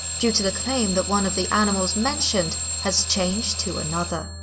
due to the claim that one of the animals mentioned has changed to another.